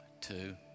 two